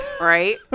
Right